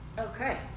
okay